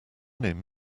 name